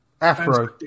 afro